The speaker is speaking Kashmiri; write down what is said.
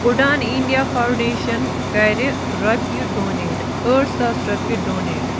اُڑان اِنٛڈیا فاوُنٛڈیشن کَرِ رۄپیہِ ڈونیٹ ٲٹھ ساس رۄپیہِ ڈونیٹ